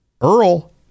Earl